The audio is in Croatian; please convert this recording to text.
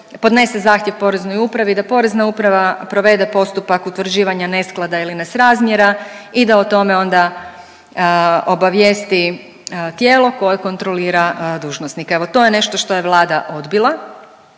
podnese zahtjev Poreznoj upravi, da Porezna uprava provede postupak utvrđivanja nesklada ili nesrazmjera i da o tome onda obavijesti tijelo koje kontrolira dužnosnike, evo to je nešto što je Vlada odbila.